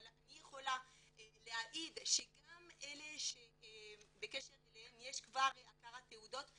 אבל אני יכולה להעיד שגם אלה שבקשר אליהם יש כבר הכרת תעודות,